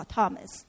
Thomas